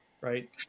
right